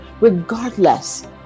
Regardless